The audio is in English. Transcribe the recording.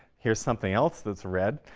here's something else that's red,